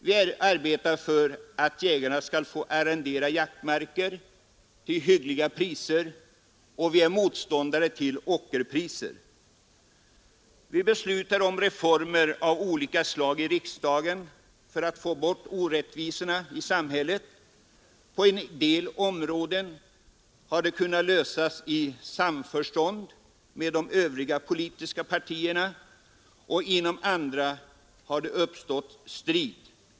Vi arbetar för att jägarna skall få arrendera jaktmarker till hyggliga priser, och vi är motståndare till ockerpriser. Vi beslutar i riksdagen om reformer av olika slag för att få bort orättvisorna i samhället. På en del områden har det kunnat ske i samförstånd med de övriga politiska partierna och på andra har det uppstått strid.